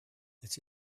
that